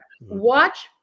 watch